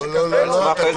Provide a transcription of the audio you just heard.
לא, אתה טועה.